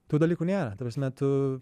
tų dalykų nėra ta prasme tu